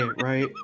right